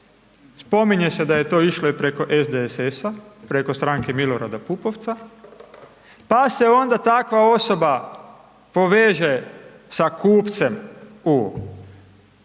spominje se da je to išlo i preko SDSS-a, preko stranke Milorada Pupovca pa se onda takva osoba poveže sa kupcem u